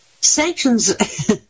Sanctions